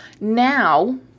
now